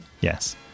yes